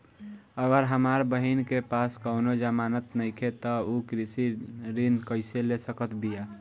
अगर हमार बहिन के पास कउनों जमानत नइखें त उ कृषि ऋण कइसे ले सकत बिया?